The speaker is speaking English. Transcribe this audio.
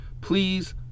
please